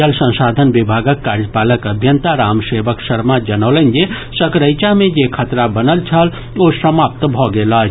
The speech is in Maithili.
जल संसाधन विभागक कार्यपालक अभियंता रामसेवक शर्मा जनौलनि जे सकरईचा मे जे खतरा बनल छल ओ समाप्त भऽ गेल अछि